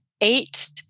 eight